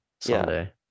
someday